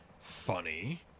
Funny